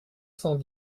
cent